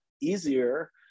easier